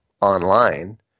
online